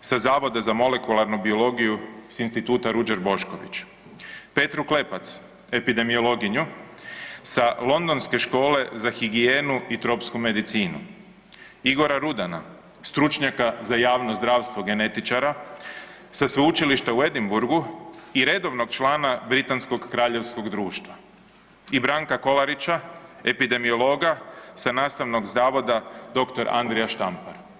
sa Zavoda za molekularnu biologiju s Instituta Ruđer Bošković, Petru Klepac, epidemiologinju sa Londonske škole za higijenu i tropsku medicinu, Igora Rudana, stručnjaka za javno zdravstvo genetičara sa Sveučilišta u Edinburgu i redovnog člana Britanskog kraljevskog društva i Branka Kolarića, epidemiologa sa Nastavnog zavoda dr. Andrija Štampar.